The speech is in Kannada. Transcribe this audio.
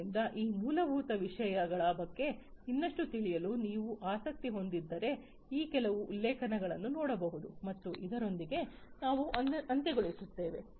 ಆದ್ದರಿಂದ ಈ ಮೂಲಭೂತ ವಿಷಯಗಳ ಬಗ್ಗೆ ಇನ್ನಷ್ಟು ತಿಳಿಯಲು ನೀವು ಆಸಕ್ತಿ ಹೊಂದಿದ್ದರೆ ಈ ಕೆಲವು ಉಲ್ಲೇಖಗಳನ್ನು ನೋಡಬಹುದು ಮತ್ತು ಇದರೊಂದಿಗೆ ನಾವು ಅಂತ್ಯ ಗೊಳಿಸುತೆವೆ